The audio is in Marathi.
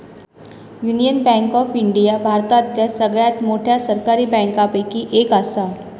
युनियन बँक ऑफ इंडिया भारतातल्या सगळ्यात मोठ्या सरकारी बँकांपैकी एक असा